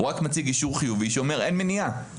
הוא רק מציג אישור חיובי שאומר: אין מניעה.